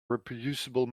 reproducible